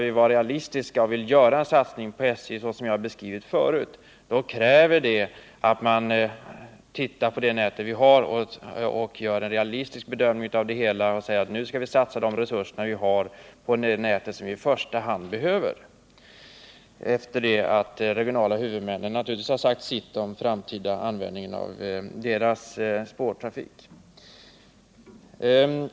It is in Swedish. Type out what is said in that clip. Vill vi göra en satsning på SJ såsom jag har beskrivit förut krävs det att man gör en realistisk bedömning och satsar de resurser vi har på det nät som vi i första hand behöver — naturligtvis efter det att de regionala huvudmännen sagt sitt om den framtida användningen av deras spårtrafiknät.